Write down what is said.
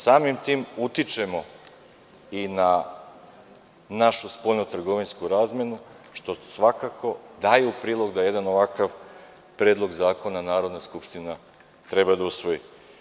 Samim tim utičemo i na našu spoljno-trgovinsku razmenu, što svakako daje u prilog da jedan ovakav Predlog zakona Narodna skupština treba da usvoji.